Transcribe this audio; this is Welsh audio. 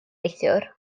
neithiwr